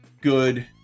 good